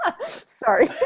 Sorry